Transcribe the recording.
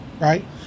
right